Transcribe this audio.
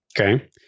Okay